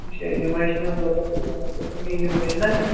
اَچھا یِم حظ چھِ مےٚ ضروٗرت تہٕ یِم ؤنۍتَو تُہۍ مےٚ یِم میلنا مےٚ